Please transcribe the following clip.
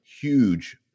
huge